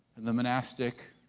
and the monastic